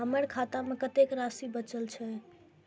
हमर खाता में कतेक राशि बचल छे?